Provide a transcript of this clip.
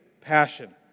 passion